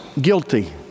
guilty